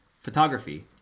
photography